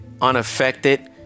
unaffected